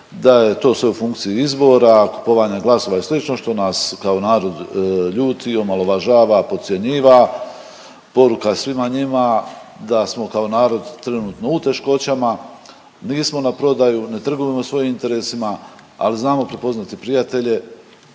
da je to sve u funkciji izbora, kupovanja glasova i slično što nas kao narod ljuti i omalovažava, podcjenjiva. Poruka svima njima da smo kao narod trenutno u teškoćama, nismo na prodaju, ne trgujemo svojim interesima, ali znamo prepoznati prijatelje,